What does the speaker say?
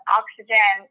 oxygen